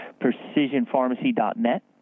precisionpharmacy.net